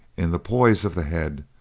in the poise of the head,